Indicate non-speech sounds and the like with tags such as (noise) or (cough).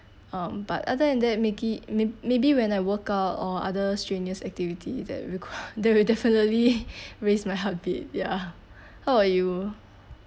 um but other than that mak~ may maybe when I workout or other strenuous activity that req~ (laughs) they will definitely raise my heartbeat ya how about you